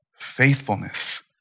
faithfulness